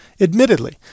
admittedly